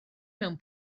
mewn